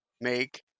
make